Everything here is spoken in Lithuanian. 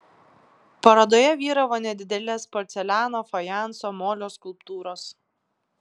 parodoje vyravo nedidelės porceliano fajanso molio skulptūros